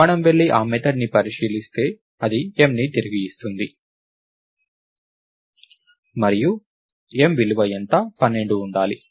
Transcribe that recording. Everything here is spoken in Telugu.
మనం వెళ్లి ఆ మెథడ్ని పరిశీలిస్తే అది mని తిరిగి ఇస్తుంది మరియు m విలువ ఎంత 12 ఉండాలి